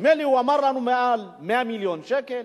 נדמה לי, הוא אמר לנו מעל 100 מיליון שקל,